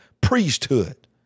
priesthood